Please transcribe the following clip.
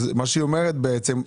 אז מה שהיא אומרת בעצם,